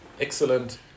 excellent